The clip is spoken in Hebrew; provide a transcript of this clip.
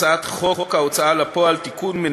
הצעת חוק ההוצאה לפועל (תיקון,